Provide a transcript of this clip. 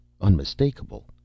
unmistakable